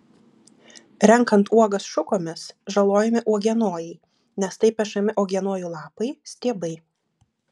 renkant uogas šukomis žalojami uogienojai nes taip pešami uogienojų lapai stiebai